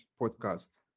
podcast